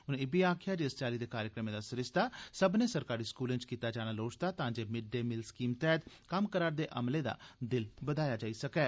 उनें इब्बी गलाया जे इस चाल्ली दे कार्यक्रमें दा सरिस्ता सब्मनें सरकारी स्कूलें च कीता जाना लोड़चदा ऐ तांजे मिड डे मील स्कीम तैह्त कम्म करा'रदे अमले दा दिल बधाया जाई सकै